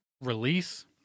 release